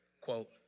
quote